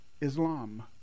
Islam